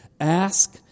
Ask